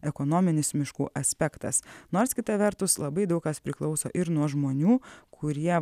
ekonominis miškų aspektas nors kita vertus labai daug kas priklauso ir nuo žmonių kurie